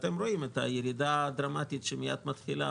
אתם רואים את הירידה הדרמטית שמיד מתחילה